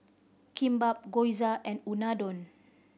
Kimbap Gyoza and Unadon